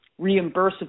reimbursable